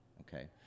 okay